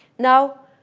now,